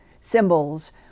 symbols